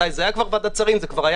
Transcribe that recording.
זה כבר היה בוועדת השרים,